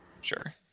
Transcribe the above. Sure